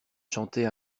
chantait